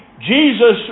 Jesus